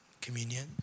communion